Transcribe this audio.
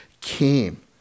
came